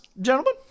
gentlemen